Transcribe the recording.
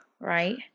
Right